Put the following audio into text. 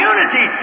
unity